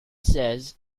says